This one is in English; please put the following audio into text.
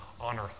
honor